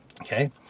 Okay